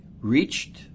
reached